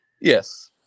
Yes